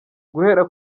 guhera